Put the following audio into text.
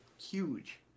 Huge